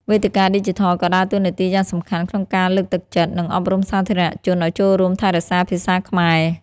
វេទិកាឌីជីថលក៏ដើរតួនាទីយ៉ាងសំខាន់ក្នុងការលើកទឹកចិត្ត និងអប់រំសាធារណជនឱ្យចូលរួមថែរក្សាភាសាខ្មែរ។